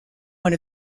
one